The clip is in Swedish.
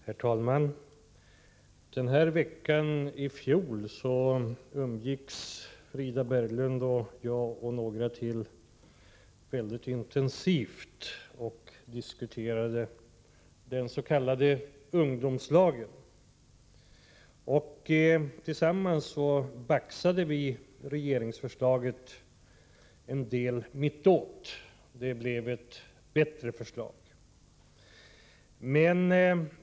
Herr talman! Den här veckan i fjol umgicks Frida Berglund, jag och några till mycket intensivt och diskuterade den s.k. ungdomslagen. Tillsammans baxade vi regeringsförslaget något mot mitten — och det blev ett bättre förslag.